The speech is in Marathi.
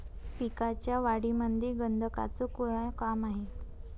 पिकाच्या वाढीमंदी गंधकाचं का काम हाये?